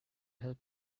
help